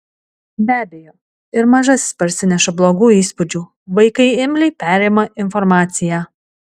be abejo ir mažasis parsineša blogų įspūdžių vaikai imliai perima informaciją